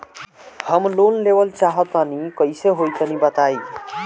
हम लोन लेवल चाह तनि कइसे होई तानि बताईं?